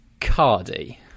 Cardi